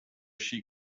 she